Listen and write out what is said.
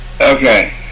Okay